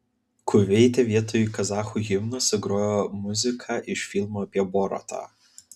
kuveite vietoj kazachų himno sugrojo muziką iš filmo apie boratą